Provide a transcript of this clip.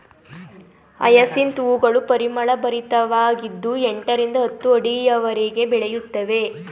hyacinth ಹೂಗಳು ಪರಿಮಳಭರಿತವಾಗಿದ್ದು ಎಂಟರಿಂದ ಹತ್ತು ಅಡಿಯವರೆಗೆ ಬೆಳೆಯುತ್ತವೆ